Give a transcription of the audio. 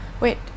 wait